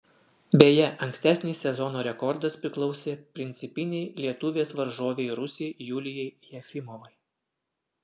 beje ankstesnis sezono rekordas priklausė principinei lietuvės varžovei rusei julijai jefimovai